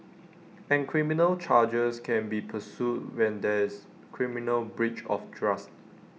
and criminal charges can be pursued when there is criminal breach of trust